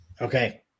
Okay